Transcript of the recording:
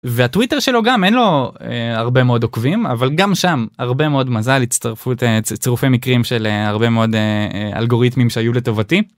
והטוויטר שלו גם, אין לו... א... הרבה מאוד עוקבים, אבל גם שם - הרבה מאוד מזל, הצטרפות- א... צ-צירופי מקרים של א... הרבה מאוד א... אלגוריתמים שהיו לטובתי.